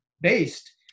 based